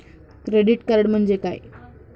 Credit card म्हणजे काय?